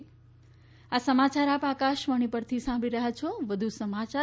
corona સંદેશ આ સમાચાર આપ આકાશવાણી પરથી સાંભળી રહ્યા છોવધુ સમાચાર